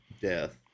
death